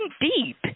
deep